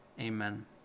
Amen